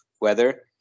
weather